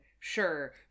Sure